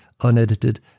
unedited